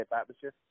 atmosphere